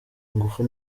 ingufu